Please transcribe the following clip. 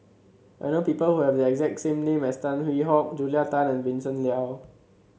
I know people who have the exact name as Tan Hwee Hock Julia Tan and Vincent Leow